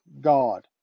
God